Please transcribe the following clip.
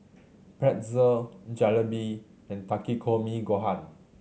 Pretzel Jalebi and Takikomi Gohan